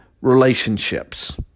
relationships